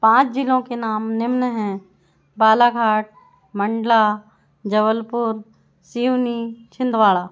पाँच जिलों के नाम निम्न हैं बालाघाट मंडला जबलपुर सिवनी छिंदवाड़ा